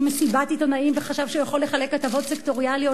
מסיבת עיתונאים וחשב שהוא יכול לחלק הטבות סקטוריאליות